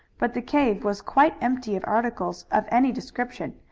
but the cave was quite empty of articles of any description,